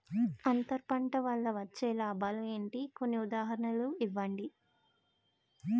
అంతర పంట వల్ల వచ్చే లాభాలు ఏంటి? కొన్ని ఉదాహరణలు ఇవ్వండి?